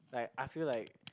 like I feel like